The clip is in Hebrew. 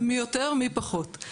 מי יותר מי פחות.